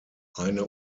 eine